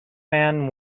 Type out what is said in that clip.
man